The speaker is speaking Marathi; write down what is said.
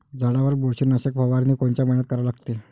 झाडावर बुरशीनाशक फवारनी कोनच्या मइन्यात करा लागते?